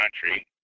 country